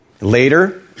Later